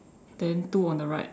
then two on the right